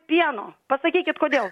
pieno pasakykit kodėl